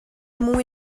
mwy